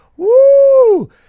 Woo